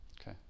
Okay